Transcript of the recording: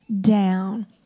down